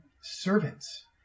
servants